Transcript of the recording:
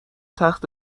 تخت